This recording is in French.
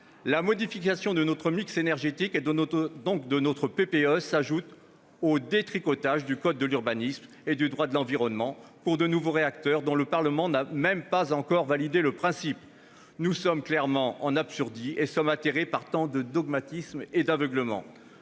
la modification de notre mix énergétique, et donc de notre PPE, s'ajoute au détricotage du code de l'urbanisme et du droit de l'environnement, pour de nouveaux réacteurs dont le Parlement n'a pas même encore validé le principe. Nous sommes clairement en Absurdie et sommes atterrés par tant de dogmatisme et d'aveuglement.